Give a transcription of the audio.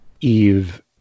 Eve